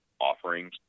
offerings